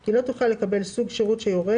כי לא תוכל לקבל סוג שירות שיורה,